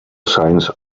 signs